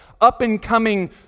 up-and-coming